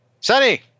Sunny